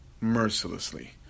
mercilessly